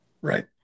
right